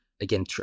Again